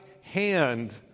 hand